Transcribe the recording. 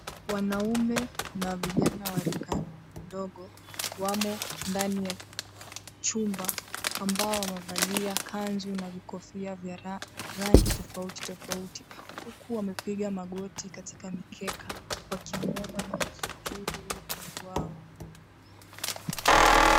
Wanaume na vijana wa rika ndogo wamo ndani ya chumba ambao wamevalia kanzu na vikofia vya rangi tofauti tofauti huku wamepiga magoti katika mikeka wakimuomba na kumsujudu Mungu wao.